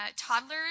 toddlers